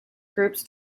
groups